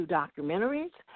documentaries